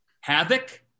Havoc